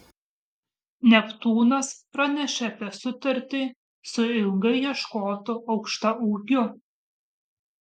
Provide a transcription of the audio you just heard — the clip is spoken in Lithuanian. neptūnas pranešė apie sutartį su ilgai ieškotu aukštaūgiu